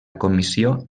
comissió